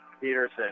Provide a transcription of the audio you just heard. Peterson